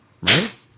right